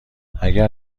اگر